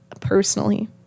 Personally